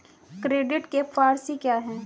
Credit के four C क्या हैं?